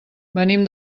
venim